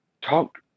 talk